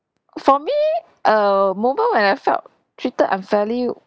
for me a moment where I felt treated unfairly